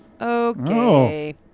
Okay